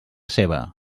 seva